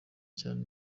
cyane